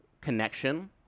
connection